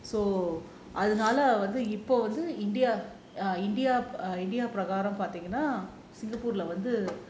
அதுனால வந்து இப்போ வந்து இந்தியா பிரகாரம் பாத்திங்கன்னா:athunaala vanthu ippo vanthu india prakaram paathinganaa singapore leh வந்து:vanthu